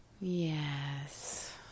Yes